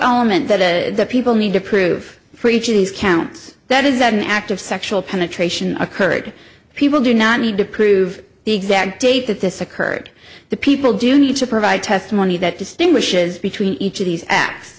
element that people need to prove for each of these counts that is that an act of sexual penetration occurred people do not need to prove the exact date that this occurred the people do need to provide testimony that distinguishes between each of these acts